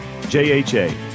JHA